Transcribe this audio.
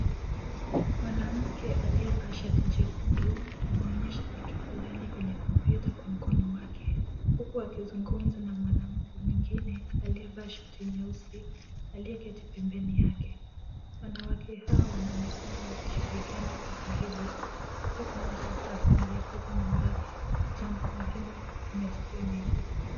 Mwanamke aliyevaa shati jekundu anaonyesha kitu fulani kwenye kompyuta kwa mkono wake huku akizungumza na mwanamke mwingine aliyevaa shati nyeusi aliyeketi pembeni yake. Wanawake hawa wanaonekana wakishirikiana kwa karibu, huku mmoja akimwelekeza mwenzake jambo muhimu kwenye skrini.